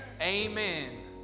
Amen